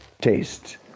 taste